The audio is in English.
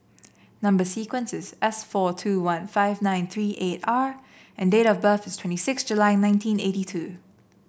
number sequence is S four two one five nine three eight R and date of birth is twenty six July nineteen eighty two